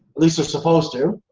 least they're supposed to.